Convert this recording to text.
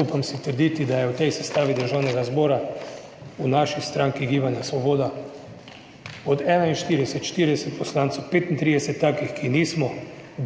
Upam si trditi, da je v tej sestavi Državnega zbora v naši stranki Gibanja Svoboda od 41, 40 poslancev, 35 takih, ki nismo